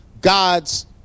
god's